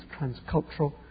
transcultural